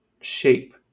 shape